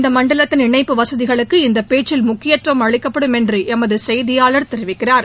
இந்த மண்டலத்தின் இணைப்பு வசதிகளுக்கு இந்த பேச்சில் முக்கியத்துவம் அளிக்கப்படும் என்று எமது செய்தியாளர் தெரிவிக்கிறார்